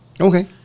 Okay